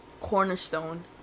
cornerstone